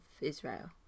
Israel